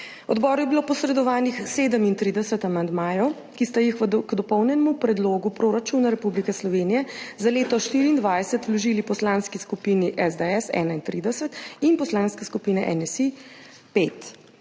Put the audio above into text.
Odboru je bilo posredovanih 37 amandmajev, ki sta jih k Dopolnjenemu predlogu proračuna Republike Slovenije za leto 2024 vložili poslanski skupini, SDS 31 in Poslanska skupina NSi